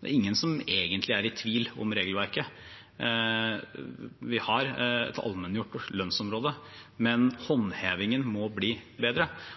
det er ingen som egentlig er i tvil om regelverket. Vi har allmenngjort lønnsområdet, men håndhevingen må bli bedre.